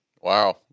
Wow